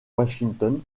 washington